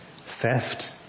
theft